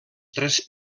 tres